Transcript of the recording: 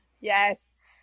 Yes